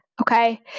Okay